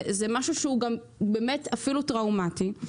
זה משהו אפילו טראומטי.